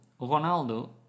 Ronaldo